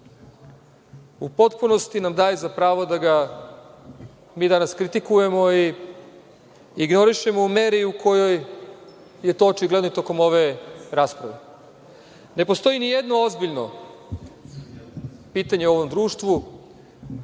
u potpunosti nam daje za pravo da ga mi danas kritikujemo i ignorišemo u meri u kojoj je to očigledno i tokom ove rasprave. Ne postoji nijedno ozbiljno pitanje ovom društvu